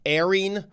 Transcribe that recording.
airing